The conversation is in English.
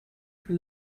for